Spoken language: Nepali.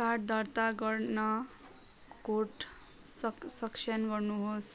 कार्ड दर्ता गर्न कोड सक् सक्षम गर्नुहोस्